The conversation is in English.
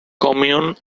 commune